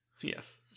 Yes